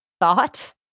thought